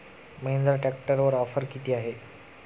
महिंद्रा ट्रॅक्टरवर ऑफर किती आहे?